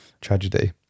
tragedy